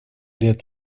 ряд